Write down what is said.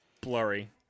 blurry